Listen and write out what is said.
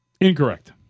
Incorrect